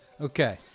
Okay